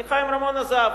כי חיים רמון עזב,